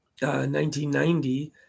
1990